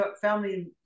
family